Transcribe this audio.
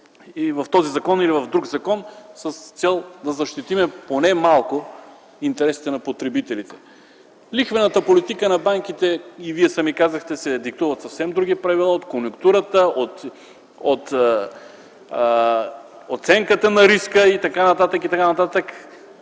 в този или в друг закон с цел да защитим поне малко интересите на потребителите. Лихвената политика на банките, вие сами казахте, се диктува от съвсем други правила, от конюнктурата, от оценката на риска и т.н. Ето защо